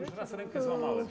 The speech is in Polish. Już raz rękę złamałem.